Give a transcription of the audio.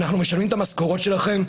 אנחנו משלמים את המשכורות שלכם,